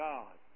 God